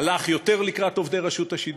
הלך יותר לקראת עובדי רשות השידור.